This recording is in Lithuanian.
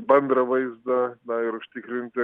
bendrą vaizdą na ir užtikrinti